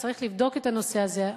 צריך לבדוק את הנושא הזה.